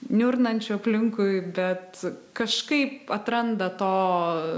niurnančių aplinkui bet kažkaip atranda to